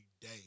day